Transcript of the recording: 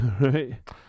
Right